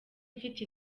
mfite